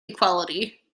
equality